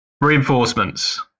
Reinforcements